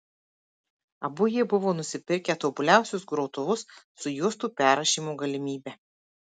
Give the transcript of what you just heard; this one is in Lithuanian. abu jie buvo nusipirkę tobuliausius grotuvus su juostų perrašymo galimybe